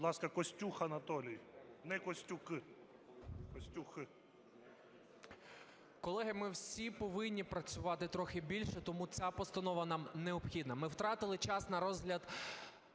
Будь ласка, Костюх Анатолій. Не Костюк, а Костюх. 10:42:30 КОСТЮХ А.В. Колеги, ми всі повинні працювати трохи більше, тому ця постанова нам необхідна. Ми втратили час на розгляд,